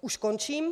Už končím.